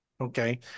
Okay